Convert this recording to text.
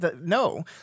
no